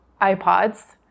iPods